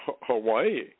Hawaii